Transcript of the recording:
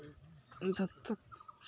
ᱡᱷᱚᱛᱚ